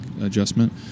adjustment